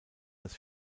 das